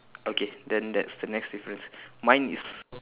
okay then that's the next difference mine is